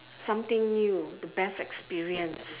something new the best experience